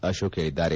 ಅತೋಕ ಹೇಳಿದ್ದಾರೆ